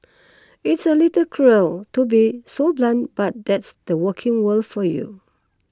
it's a little cruel to be so blunt but that's the working world for you